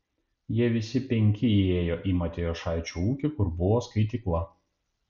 jie visi penki ėjo į matijošaičio ūkį kur buvo skaitykla